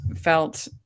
felt